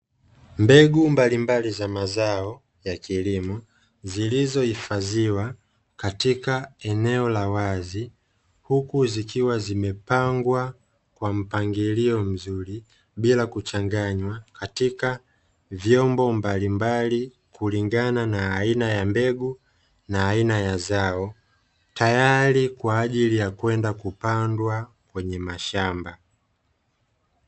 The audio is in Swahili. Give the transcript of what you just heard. Mbegu mbalimbali za mazao ya kilimo zilizohifadhiwa katika eneo la wazi, huku zikiwa zimepangwa kwa mpangilio mzuri bila kuchanganywa katika vyombo mbalimbali, kulingana na aina ya mbegu na aina ya zao tayari kwa ajili ya kwenda kupandwa kwenye mashamba.